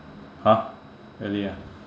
!huh! really ah